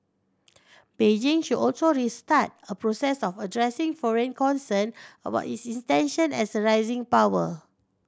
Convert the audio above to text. Beijing should also restart a process of addressing foreign concern about its tension as a rising power